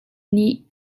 nih